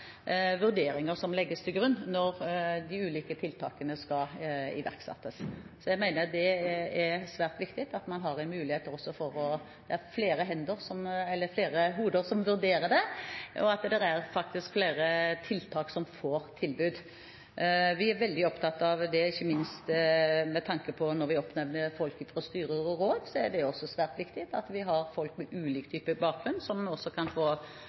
vurderinger som legges til grunn når de ulike tiltakene skal iverksettes. Jeg mener det er svært viktig at man har en mulighet, at flere hoder vurderer det, og at det faktisk er flere tiltak som får tilbud. Vi er veldig opptatt av det, ikke minst med tanke på når vi oppnevner folk til styrer og råd. Da er det også viktig at vi har folk med ulik bakgrunn som kan få